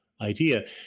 idea